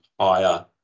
higher